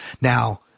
Now